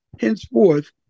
Henceforth